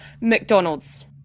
McDonald's